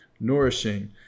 nourishing